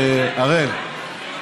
אראל,